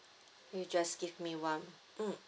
okay just give me one mm